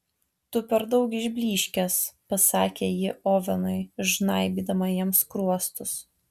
tu per daug išblyškęs pasakė ji ovenui žnaibydama jam skruostus